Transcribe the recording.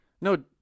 no